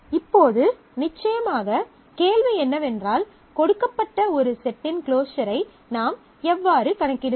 இப்போது நிச்சயமாக கேள்வி என்னவென்றால் கொடுக்கப்பட்ட ஒரு செட்டின் க்ளோஸர் ஐ நாம் எவ்வாறு கணக்கிடுவது